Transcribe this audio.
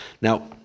Now